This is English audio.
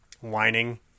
whining